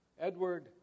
Edward